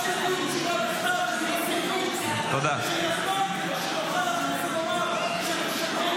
אל תשלחו לי תשובה בכתב --- שהוא יחתום